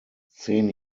zehn